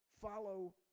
follow